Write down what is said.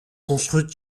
construite